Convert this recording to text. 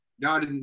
God